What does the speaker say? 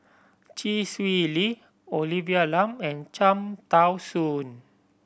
Chee Swee Lee Olivia Lum and Cham Tao Soon